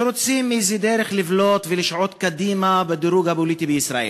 שרוצים דרך כלשהי לבלוט ולשעוט קדימה בדירוג הפוליטי בישראל.